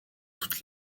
toutes